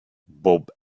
bob